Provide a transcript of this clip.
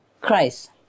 Christ